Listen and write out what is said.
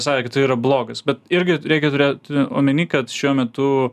sakė kad tai yra blogas bet irgi reikia turėt omeny kad šiuo metu